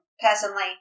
personally